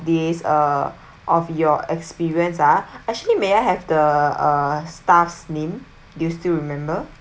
these uh of your experience ah actually may I have the staff's name do you still remember